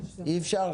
אי אפשר?